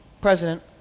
President